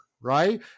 right